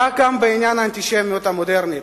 כך גם בעניין האנטישמיות המודרנית,